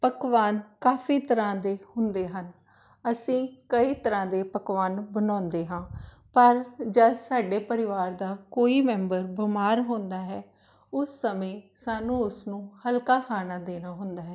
ਪਕਵਾਨ ਕਾਫੀ ਤਰ੍ਹਾਂ ਦੇ ਹੁੰਦੇ ਹਨ ਅਸੀਂ ਕਈ ਤਰ੍ਹਾਂ ਦੇ ਪਕਵਾਨ ਬਣਾਉਂਦੇ ਹਾਂ ਪਰ ਜਦ ਸਾਡੇ ਪਰਿਵਾਰ ਦਾ ਕੋਈ ਮੈਂਬਰ ਬਿਮਾਰ ਹੁੰਦਾ ਹੈ ਉਸ ਸਮੇਂ ਸਾਨੂੰ ਉਸਨੂੰ ਹਲਕਾ ਖਾਣਾ ਦੇਣਾ ਹੁੰਦਾ ਹੈ